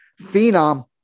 phenom